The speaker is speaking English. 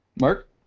Mark